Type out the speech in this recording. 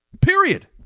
Period